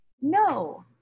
no